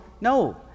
no